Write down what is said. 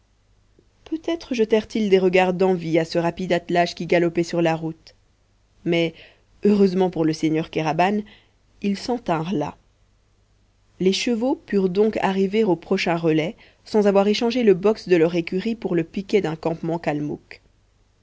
peut-être jetèrent ils des regards d'envie à ce rapide attelage qui galopait sur la route mais heureusement pour le seigneur kéraban ils s'en tinrent là les chevaux purent donc arriver au prochain relais sans avoir échangé le box de leur écurie pour le piquet d'un campement kalmouk